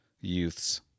youths